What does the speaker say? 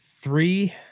three